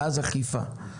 ואז אכיפה.